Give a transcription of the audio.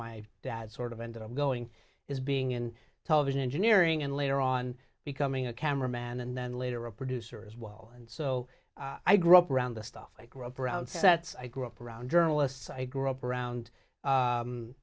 my dad sort of ended up going is being in television engineering and later on becoming a camera man and then later a producer as well and so i grew up around the stuff i grew up around so that's i grew up around journalists i grew up around